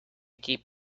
keep